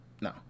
no